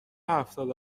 هفتاد